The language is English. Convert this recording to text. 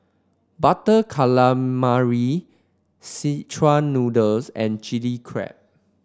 Butter Calamari Szechuan Noodles and Chilli Crab